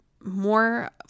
more